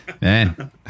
Man